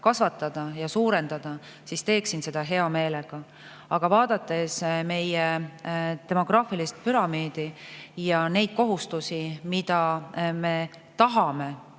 soodustust suurendada, siis teeksin seda hea meelega. Aga vaadates meie demograafilist püramiidi ja neid kohustusi, mida me tahame,